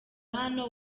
hano